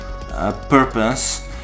purpose